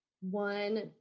one